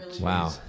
Wow